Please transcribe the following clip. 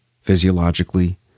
physiologically